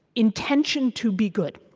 intention to be good